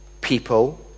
people